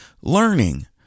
learning